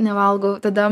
nevalgau tada